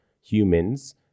humans